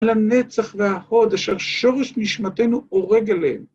‫על הנצח וההוד ‫אשר שורש נשמתנו עורג אליהם.